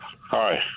Hi